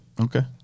okay